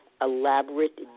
elaborate